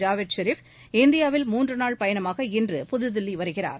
ஜாவேத் ஷெரீப் இந்தியாவில் மூன்று நாள் பயணமாக இன்று புதுதில்லி வருகிறார்